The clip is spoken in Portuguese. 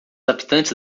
habitantes